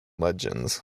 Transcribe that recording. legends